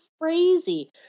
crazy